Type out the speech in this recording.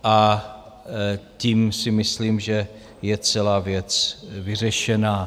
A tím si myslím, že je celá věc vyřešena.